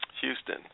Houston